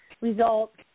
results